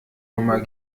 nummer